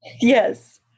Yes